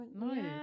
No